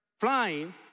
flying